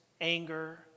anger